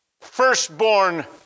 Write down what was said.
firstborn